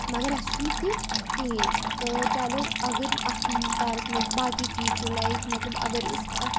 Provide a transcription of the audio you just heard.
مگر اَسہِ چھُنہٕ تہِ کِہیٖنۍ تہٕ چلو اگر اَتھ کارَس منٛز باقٕے چیٖز چھُ لایِک مطلب اگر أسۍ اَکھ